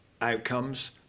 outcomes